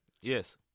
Yes